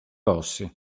rossi